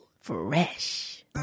Fresh